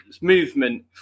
movement